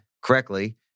correctly